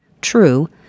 True